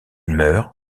meurt